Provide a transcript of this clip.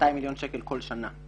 200 מיליון שקלים כל שנה.